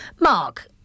Mark